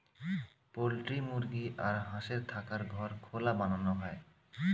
poultry মুরগি আর হাঁসের থাকার ঘর খোলা বানানো হয়